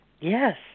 Yes